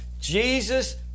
Jesus